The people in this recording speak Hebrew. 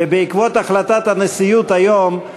ובעקבות החלטת הנשיאות היום,